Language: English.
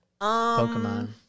Pokemon